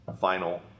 Final